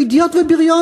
הוא אידיוט ובריון,